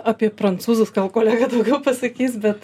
apie prancūzus gal kolega daugiau pasakys bet